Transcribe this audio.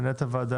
מנהלת הוועדה,